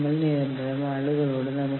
അപ്പോൾ വാഗ്ദാനങ്ങൾ ഉണ്ടാകാം